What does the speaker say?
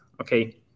okay